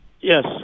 Yes